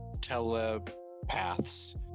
telepaths